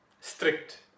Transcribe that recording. strict